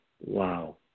Wow